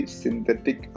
synthetic